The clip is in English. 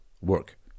work